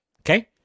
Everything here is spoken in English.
Okay